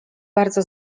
bardzo